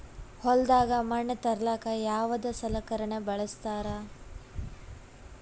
ಹೊಲದಾಗ ಮಣ್ ತರಲಾಕ ಯಾವದ ಸಲಕರಣ ಬಳಸತಾರ?